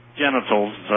genitals